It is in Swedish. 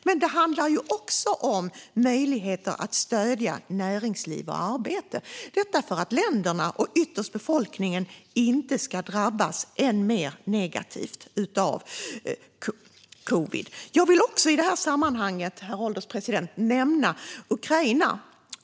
Men det handlar också om möjligheter att stödja näringsliv och arbete, detta för att länderna och ytterst befolkningen inte ska drabbas än mer negativt av covid. Jag vill i det här sammanhanget även nämna Ukraina, herr ålderspresident.